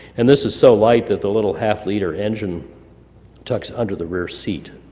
and this is so light that the little half liter engine tucks under the rear seat.